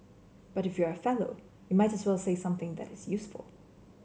but if you are a Fellow you might as well say something that is useful